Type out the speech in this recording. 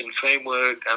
framework